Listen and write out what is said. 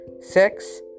Six